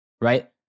right